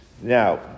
Now